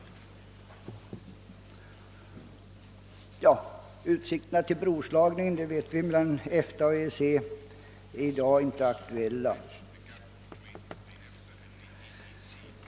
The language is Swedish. Utsikterna till broslagning mellan EFTA och EEC är i dag inte aktuella, det vet vi.